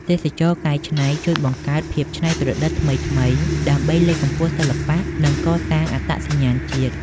ទេសចរណ៍កែច្នៃជួយបង្កើតភាពច្នៃប្រឌិតថ្មីៗ ដើម្បីលើកកម្ពស់សិល្បៈ និងកសាងអត្តសញ្ញាណជាតិ។